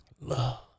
Love